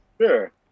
Sure